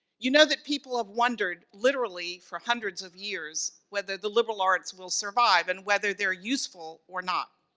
you know that people have wondered, literally, for hundreds of years whether the liberal arts will survive and whether they're useful or not.